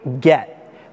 get